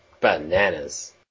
Bananas